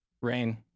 Rain